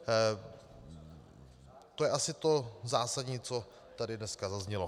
To je asi to zásadní, co tady dneska zaznělo.